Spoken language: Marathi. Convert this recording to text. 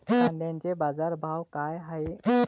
कांद्याचे बाजार भाव का हाये?